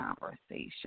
conversation